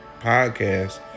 podcast